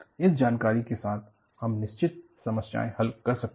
इस जानकारी के साथ हम निश्चित समस्याएं हल कर सकते हैं